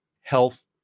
health